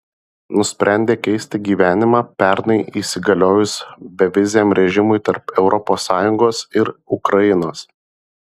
nusprendė keisti gyvenimą pernai įsigaliojus beviziam režimui tarp europos sąjungos ir ukrainos